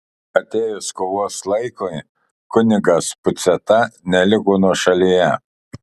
atėjus kovos laikui kunigas puciata neliko nuošalyje